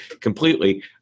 completely